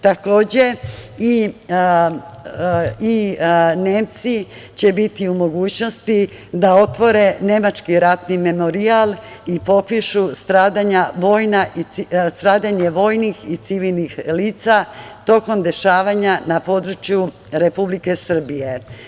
Takođe, Nemci će biti u mogućnosti da otvore nemački ratni memorijal i popišu stradanje vojnih i civilnih lica tokom dešavanja na području Republike Srbije.